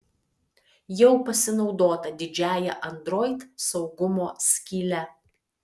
jau pasinaudota didžiąja android saugumo skyle